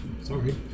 Sorry